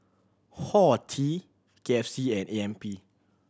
Horti K F C and A M P